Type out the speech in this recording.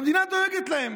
והמדינה דואגת להם.